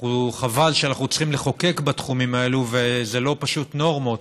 חבל שאנחנו צריכים לחוקק בתחומים האלה ואלה לא פשוט נורמות